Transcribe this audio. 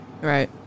Right